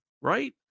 right